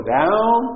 down